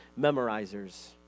memorizers